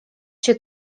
się